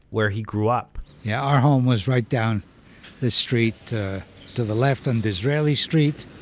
where he grew up yeah, our home was right down this street to to the left, on disraeli street,